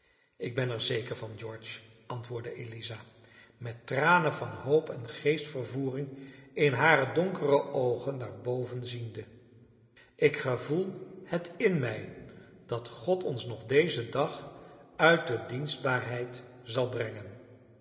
ik ben er zeker van george antwoordde eliza met tranen van hoop en geestvervoering in hare donkere oogen naar boven ziende ik gevoel het in mij dat god ons nog dezen dag uit de dienstbaarheid zal brengen